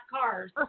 cars